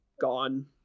gone